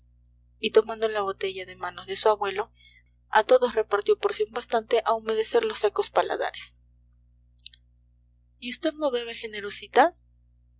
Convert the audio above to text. y tomando la botella de manos de su abuelo a todos repartió porción bastante a humedecer los secos paladares y vd no bebe generosita